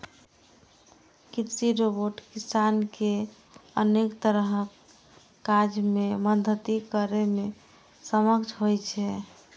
कृषि रोबोट किसान कें अनेक तरहक काज मे मदति करै मे सक्षम होइ छै